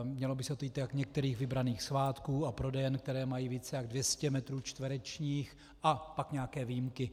Mělo by se to týkat některých vybraných svátků a prodejen, které mají více jak 200 metrů čtverečních, a pak nějaké výjimky.